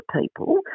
people